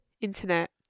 internet